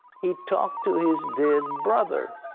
he talked to his dead brother.